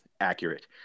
accurate